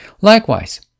Likewise